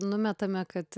numetame kad